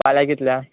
फाल्यां कितल्या